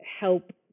help